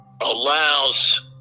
allows